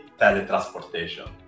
teletransportation